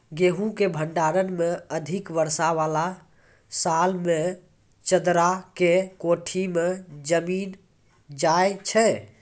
गेहूँ के भंडारण मे अधिक वर्षा वाला साल मे चदरा के कोठी मे जमीन जाय छैय?